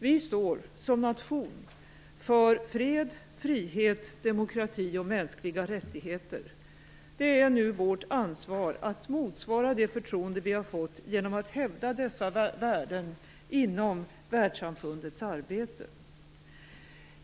Vi står som nation för fred, frihet, demokrati och mänskliga rättigheter. Det är nu vårt ansvar att motsvara det förtroende vi fått, genom att hävda dessa värden inom världssamfundets arbete.